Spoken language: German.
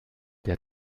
der